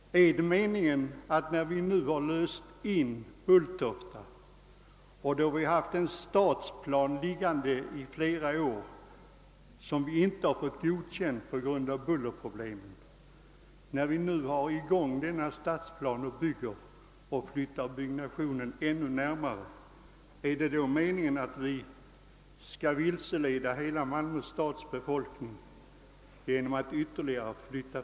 När Malmö stad nu har löst in Bulltofta flygplats sedan vi haft en stadsplan för området liggande i flera år som vi tidigare inte fått godkänd på grund av bullerproblemen och vi nu har fått igenom denna stadsplan och håller på att flytta byggnationen ännu närmare Bulltofta, är det då meningen att man skall ytterligare skjuta fram tiden för avskaffandet av Bulltofta flygplats?